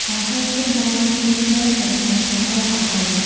អាខូចឃើញដាវនេះវែង ក៏ឆ្លើយថា “ដូរក៏ដូរ ”។